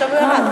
עכשיו הוא ירד.